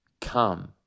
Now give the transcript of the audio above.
come